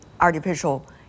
artificial